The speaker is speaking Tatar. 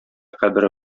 кабере